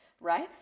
right